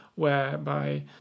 whereby